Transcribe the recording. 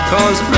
Cause